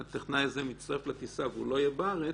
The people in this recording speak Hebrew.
שהטכנאי הזה מצטרף לטיסה והוא לא יהיה בארץ,